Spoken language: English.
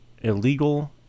illegal